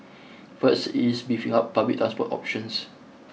first it is beefing up public transport options